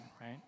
right